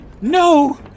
No